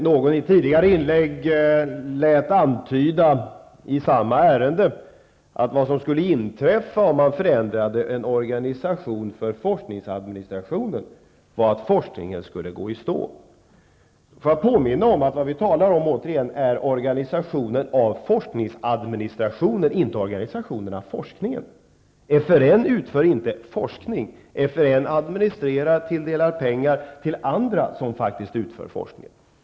Någon i ett tidigare inlägg lät antyda i samma ärende, att vad som skulle inträffa om man förändrade en organisation för forskningsadministrationen var att forskningen skulle gå i stå. Får jag återigen påminna om att vi talar om organisationen av forskningsadministrationen, inte organisationen av forskningen. FRN utför inte forskning. FRN administrerar och delar ut pengar till andra som utför forskning.